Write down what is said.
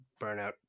burnout